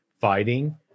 fighting